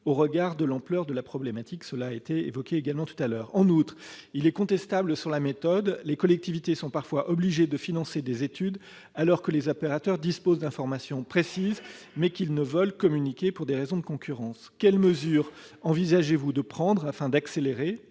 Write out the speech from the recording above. au regard de l'ampleur de la problématique- cette question a également été évoquée précédemment. En outre, il est contestable sur la méthode : les collectivités sont parfois obligées de financer des études alors que les opérateurs disposent d'informations précises, mais ne veulent pas les communiquer pour des raisons de concurrence. Quelles mesures envisagez-vous de prendre, afin d'accélérer